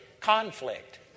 conflict